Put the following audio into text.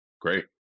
Great